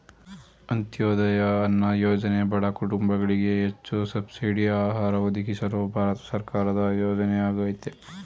ಅಂತ್ಯೋದಯ ಅನ್ನ ಯೋಜನೆ ಬಡ ಕುಟುಂಬಗಳಿಗೆ ಹೆಚ್ಚು ಸಬ್ಸಿಡಿ ಆಹಾರ ಒದಗಿಸಲು ಭಾರತ ಸರ್ಕಾರದ ಯೋಜನೆಯಾಗಯ್ತೆ